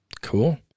Cool